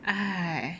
哎